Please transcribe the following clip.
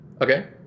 Okay